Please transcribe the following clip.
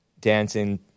dancing